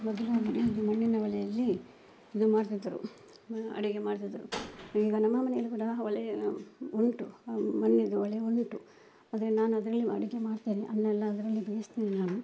ಮೊದಲು ಮನೆಯಲ್ಲಿ ಮಣ್ಣಿನ ಒಲೆಯಲ್ಲಿ ಇದು ಮಾಡ್ತಿದ್ರು ಅಡುಗೆ ಮಾಡ್ತಿದ್ರು ಈಗ ನಮ್ಮ ಮನೆಯಲ್ಲಿ ಕೂಡಾ ಒಲೆ ಉಂಟು ಆ ಮಣ್ಣಿಂದು ಒಲೆ ಉಂಟು ಆದರೆ ನಾನು ಅದರಲ್ಲಿ ಅಡುಗೆ ಮಾಡ್ತೇನೆ ಅನ್ನ ಎಲ್ಲ ಅದರಲ್ಲಿ ಬೇಯಿಸ್ತೇನೆ ನಾನು